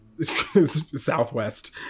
Southwest